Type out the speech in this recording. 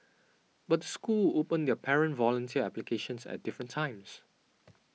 but the school open their parent volunteer applications at different times